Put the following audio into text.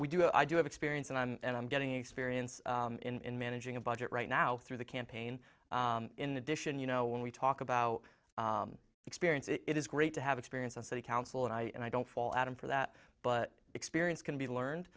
we do i do have experience and i'm and i'm getting experience in managing a budget right now through the campaign in addition you know when we talk about experience it is great to have experience in city council and i don't fall out i'm for that but experience can be learned